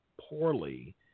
poorly